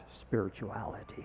spirituality